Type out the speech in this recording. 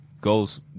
goes